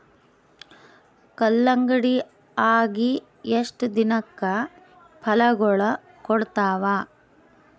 ಕಲ್ಲಂಗಡಿ ಅಗಿ ಎಷ್ಟ ದಿನಕ ಫಲಾಗೋಳ ಕೊಡತಾವ?